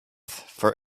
for